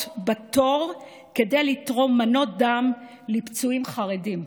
בתור כדי לתרום מנות דם לפצועים חרדים.